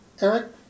Eric